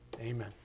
Amen